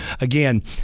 Again